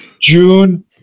June